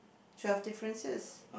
twelve differences